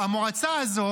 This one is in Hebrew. המועצה הזאת,